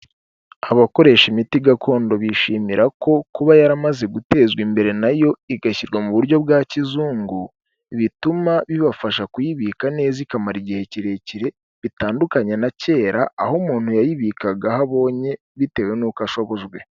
Abakoresha imiti gakondo bishimira ko kuba yaramaze gutezwa imbere, na yo igashyirwa mu buryo bwa kizungu, bituma bibafasha kuyibika neza, ikamara igihe kirekire, bitandukanye na kera, aho umuntu yayibikaga aho abonye, bitewe n'uko ashobojwe.